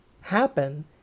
happen